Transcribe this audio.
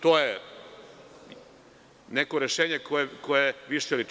To je neko rešenje koje više liči.